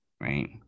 right